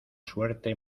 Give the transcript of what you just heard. suerte